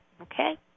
Okay